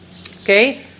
Okay